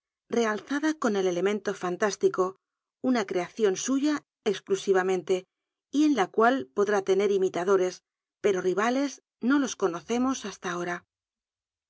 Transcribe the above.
realzada con el elemento fantástico una creacion suya exclus ivam ent y en la cual podr l tener imitadores j ero rivales no los conocemos hasta ahora